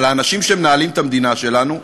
על האנשים שמנהלים את המדינה שלנו.